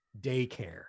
daycare